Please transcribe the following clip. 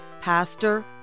pastor